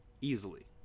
Easily